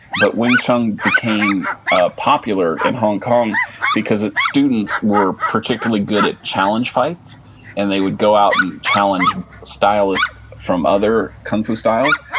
but wing chun became ah popular in hong kong because its students were particularly good at challenge fights and they would go out and challenge stylists from other kung fu styles.